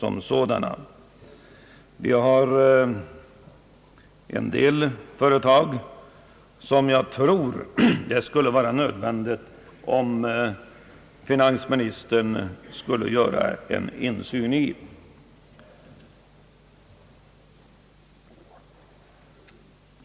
Vi har en del statliga företag som jag tror att det är ganska nödvändigt att finansministern får insyn i.